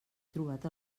trobat